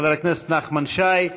חבר הכנסת נחמן שי.